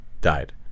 died